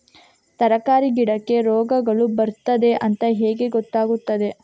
ತರಕಾರಿ ಗಿಡಕ್ಕೆ ರೋಗಗಳು ಬರ್ತದೆ ಅಂತ ಹೇಗೆ ಗೊತ್ತಾಗುತ್ತದೆ?